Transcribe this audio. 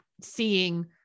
seeing